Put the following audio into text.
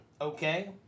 Okay